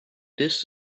this